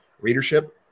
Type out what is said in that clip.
readership